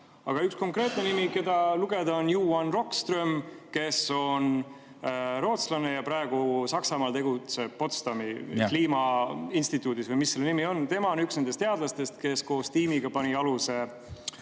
Aga üks konkreetne [autor], keda võiks lugeda, on Johan Rockström, kes on rootslane ja tegutseb praegu Saksamaal Potsdami kliimainstituudis või mis selle nimi ongi. Tema on üks nendest teadlastest, kes koos tiimiga pani aastal